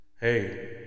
Hey